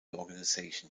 organization